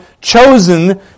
chosen